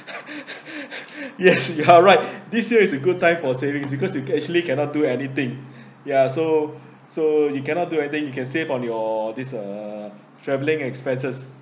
yes you are right this year is a good time for savings because you actually cannot do anything ya so so you cannot do I think you can save on your this uh travelling expenses